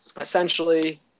essentially